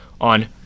on